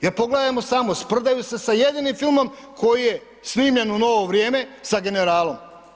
Jer pogledajmo samo, sprdaju se sa jedinim filmom koji je snimljen u novo vrijeme sa „Generalom“